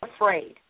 afraid